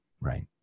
Right